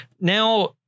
now